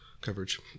Coverage